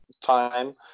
time